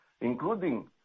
including